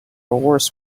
worse